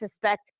suspect